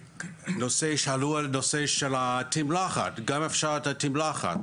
נושא שעלה, נושא של התמלחת, גם אפשר את התמלחת